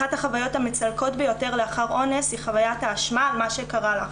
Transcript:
אחת החוויות המצלקות ביותר לאחר אונס היא חוויית האשמה על מה שקרה לך.